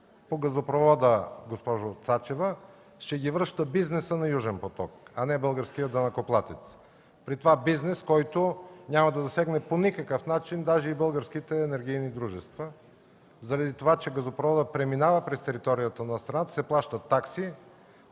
по газопровода, госпожо Цачева. Ще ги връща бизнесът на „Южен поток”, а не българският данъкоплатец. При това бизнес, който няма да засегне по никакъв начин даже и българските енергийни дружества. Заради това че газопроводът преминава през територията на страната се плащат такси,